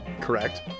correct